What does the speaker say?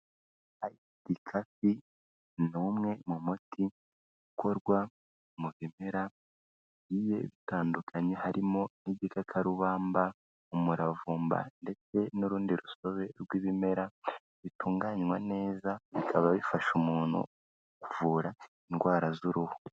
Bikapi ni umwe mu muti ukorwa mu bimeraye bigiye bitandukanye harimo nk'ibikarubamba, umuravumba, ndetse n'urundi rusobe rw'ibimera bitunganywa neza bikaba bifasha umuntu kuvura indwara z'uruhu.